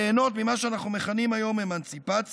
ליהנות ממה שאנחנו מכנים היום "אמנציפציה",